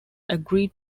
agreed